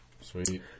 Sweet